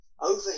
over